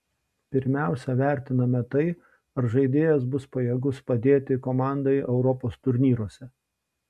pirmiausia vertiname tai ar žaidėjas bus pajėgus padėti komandai europos turnyruose